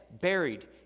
buried